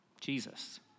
Jesus